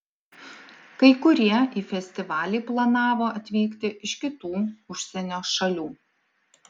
kai kurie į festivalį planavo atvykti iš kitų užsienio šalių